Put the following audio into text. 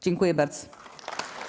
Dziękuję bardzo.